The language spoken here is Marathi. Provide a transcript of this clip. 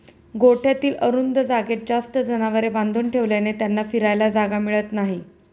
गोठ्यातील अरुंद जागेत जास्त जनावरे बांधून ठेवल्याने त्यांना फिरायला जागा मिळत नाही